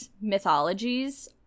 mythologies